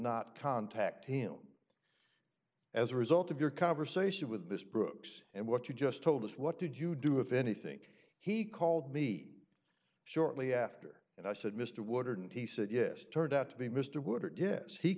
not contact him as a result of your conversation with ms brooks and what you just told us what did you do if anything he called me shortly after and i said mr woodard he said yes turned out to be mr woodward yes he